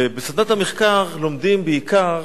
ובסדנת המחקר לומדים בעיקר